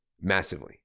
Massively